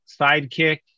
sidekick